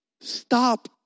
Stop